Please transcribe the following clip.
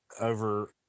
over